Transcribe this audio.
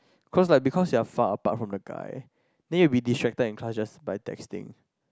cause like because you are far apart from the guy then you'll be disrupted in the class just by texting